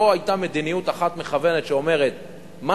לא היתה מדיניות אחת מכוונת שאומרת מה